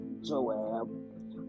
Joab